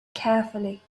carefully